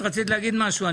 רצית להגיד משהו?